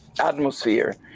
atmosphere